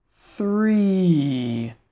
three